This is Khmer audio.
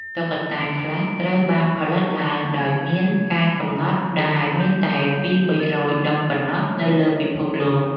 តុក្កតាខ្លះត្រូវបានផលិតឡើងដោយមានការកំណត់ ដែលមានតែពីរបីរយដុំប៉ុណ្ណោះនៅលើពិភពលោក។